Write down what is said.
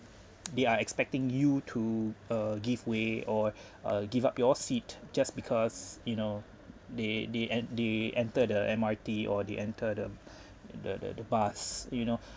they are expecting you to uh give way or uh give up your seat just because you know they they en~ they enter the M_R_T or they enter the the the the bus you know